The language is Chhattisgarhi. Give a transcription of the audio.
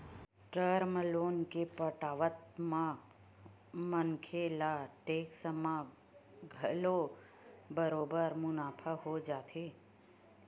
टर्म लोन के पटावत म मनखे ल टेक्स म घलो बरोबर मुनाफा हो जाथे